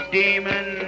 demon